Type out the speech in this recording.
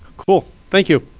cool, thank you.